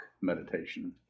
Meditation